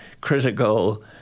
critical